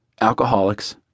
alcoholics